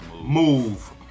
Move